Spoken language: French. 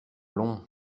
long